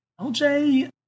LJ